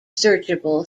searchable